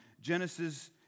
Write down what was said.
Genesis